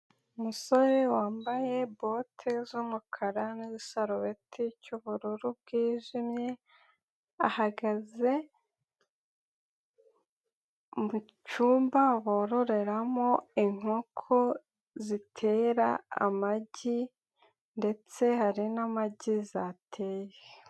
Umusore wambaye bote z'umukara n'igisarubeti cy'ubururu bwijimye, ahagaze mu cyumba bororeramo inkoko zitera amagi ndetse hari n'amagi zateye.